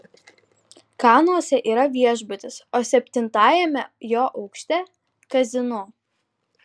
kanuose yra viešbutis o septintajame jo aukšte kazino